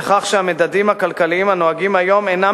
על כך שהמדדים הכלכליים הנוהגים היום אינם